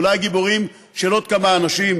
ואולי גיבורים של עוד כמה אנשים,